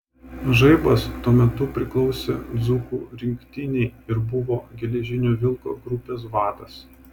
žaibas tuo metu priklausė dzūkų rinktinei ir buvo geležinio vilko grupės vadas